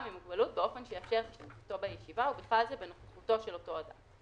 יש הוראות שנקבעו לפי החוק.